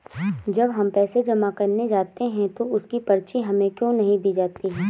जब हम पैसे जमा करने जाते हैं तो उसकी पर्ची हमें क्यो नहीं दी जाती है?